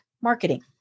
marketing